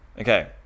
Okay